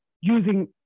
using